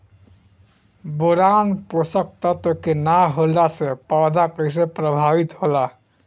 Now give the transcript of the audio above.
Boron पोषक तत्व के न होला से पौधा कईसे प्रभावित होला?